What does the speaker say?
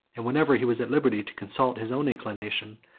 and whenever he was at liberty to consult his own inclination,